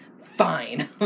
Fine